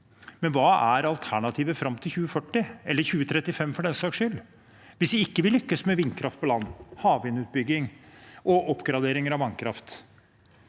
Men hva er alternativet fram til 2040, eller 2035 for den saks skyld, hvis vi ikke lykkes med vindkraft på land, havvindutbygging og oppgraderinger av vannkraft?